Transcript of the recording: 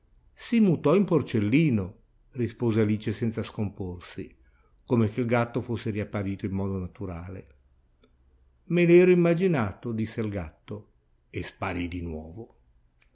si mutò in porcellino rispose alice senza scomporsi come che il gatto fosse riapparito in modo naturale me l'ero immaginato disse il gatto e sparì di nuovo